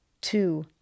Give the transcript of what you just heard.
two